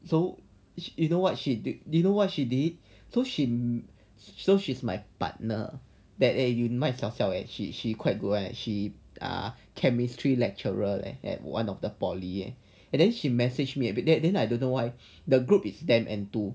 so you know what she did know what she did so she so she's my partner that eh you mai siao siao leh as she she quite good eh she a chemistry lecturer at one of the poly and then she message me a bit then I don't know why the group is damn enthu